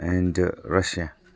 and Russia